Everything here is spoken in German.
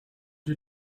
die